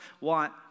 want